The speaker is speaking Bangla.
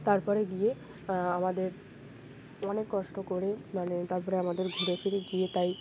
তার পরে গিয়ে আমাদের অনেক কষ্ট করে মানে তার পরে আমাদের ঘুরে ফিরে গিয়ে তাই